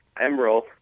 Emerald